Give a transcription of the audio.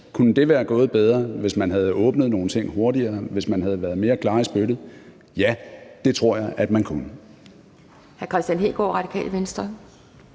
Kunne det være gået bedre, hvis man havde åbnet nogle ting hurtigere, og hvis man havde været mere klar i spyttet? Ja, det tror jeg det kunne.